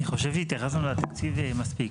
אני חושב שהתייחסנו לתקציב מספיק.